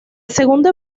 segundo